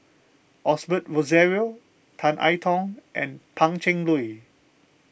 Osbert Rozario Tan I Tong and Pan Cheng Lui